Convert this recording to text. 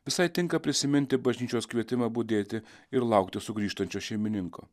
visai tinka prisiminti bažnyčios kvietimą budėti ir laukti sugrįžtančio šeimininko